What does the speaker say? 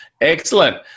Excellent